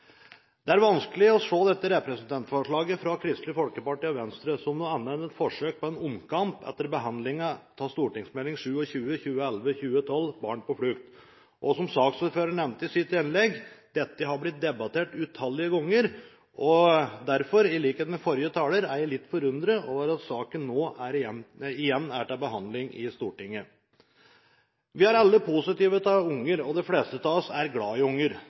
Det er vanskelig å se dette representantforslaget fra Kristelig Folkeparti og Venstre som noe annet enn et forsøk på en omkamp etter behandlingen av Meld. St. 27 for 2011–2012, Barn på flukt, og som saksordføreren nevnte i sitt innlegg, har dette blitt debattert utallige ganger. Derfor er jeg – i likhet med forrige taler – litt forundret over at saken nå igjen er til behandling i Stortinget. Vi er alle positive til unger, og de fleste av oss er glad i unger.